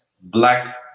black